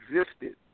existed